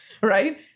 Right